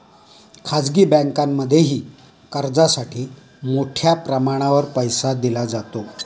खाजगी बँकांमध्येही कर्जासाठी मोठ्या प्रमाणावर पैसा दिला जातो